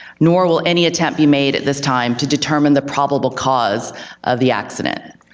nor will any attempt be made at this time to determine the probable cause of the accident.